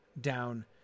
down